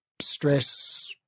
stress